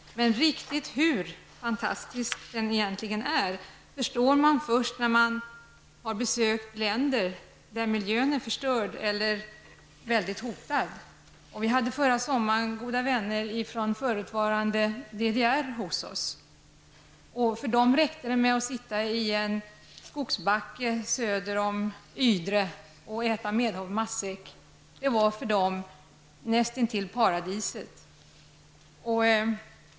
Men hur fantastiskt den egentligen är förstår man först när man har besökt länder där miljön är förstörd eller starkt hotad. Förra sommaren hade vi besök av goda vänner från det tidigare DDR. För dem räckte det med att sitta i en skogsbacke söder om Ydre och äta en medhavd matsäck. För dem var det nästintill paradiset.